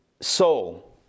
soul